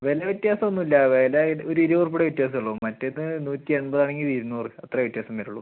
വില വ്യത്യാസം ഒന്നുമില്ല വില ഇത് ഒരു ഇരുപത് ഉറുപ്യയുടെ വ്യത്യാസമേ ഉള്ളൂ മറ്റേത് നൂറ്റി എൺപതാണെങ്കിൽ ഇത് ഇരുന്നൂറ് അത്രയേ വ്യത്യാസം വരുള്ളൂ